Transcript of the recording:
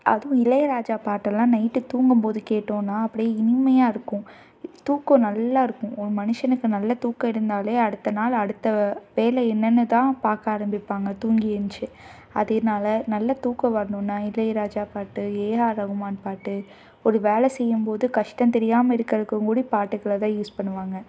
அதுவும் இளையராஜா பாட்டெலாம் நைட்டு தூங்கும்போது கேட்டோனால் அப்படியே இனிமையாகருக்கும் தூக்கம் நல்லாயிருக்கும் ஒரு மனுஷனுக்கு நல்ல தூக்கம் இருந்தாலே அடுத்த நாள் அடுத்த வேலை என்னன்னு தான் பார்க்க ஆரம்பிப்பாங்க தூங்கி எந்துரிச்சு அதனால நல்ல தூக்கம் வரணும்னால் இளையராஜா பாட்டு ஏஆர் ரகுமான் பாட்டு ஒரு வேலை செய்யும்போது கஷ்டம் தெரியாமல் இருக்கிறதுக்கு கூட பாட்டுக்களைதான் யூஸ் பண்ணுவாங்க